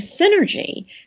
synergy